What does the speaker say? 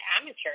amateur